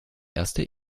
erste